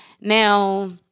Now